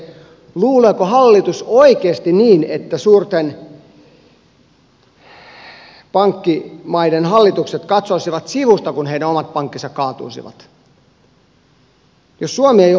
luuleeko hallitus oikeasti niin että suurten pankkimaiden hallitukset katsoisivat sivusta kun heidän omat pankkinsa kaatuisivat jos suomi ei ole pelastuksessa mukana